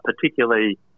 particularly